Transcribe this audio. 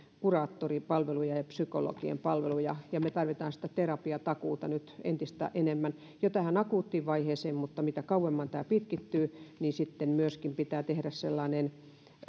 kuraattoripalveluja ja psykologien palveluja ja tarvitaan sitä terapiatakuuta nyt entistä enemmän jo tähän akuuttivaiheeseen mutta mitä kauemmin tämä pitkittyy niin sitten pitää tehdä myöskin sellainen